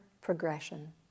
progression